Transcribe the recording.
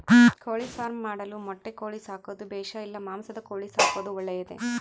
ಕೋಳಿಫಾರ್ಮ್ ಮಾಡಲು ಮೊಟ್ಟೆ ಕೋಳಿ ಸಾಕೋದು ಬೇಷಾ ಇಲ್ಲ ಮಾಂಸದ ಕೋಳಿ ಸಾಕೋದು ಒಳ್ಳೆಯದೇ?